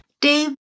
Dave